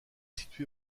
situé